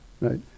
right